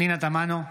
פנינה תמנו,